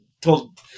told